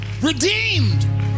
redeemed